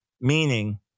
meaning